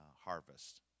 Harvest